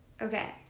Okay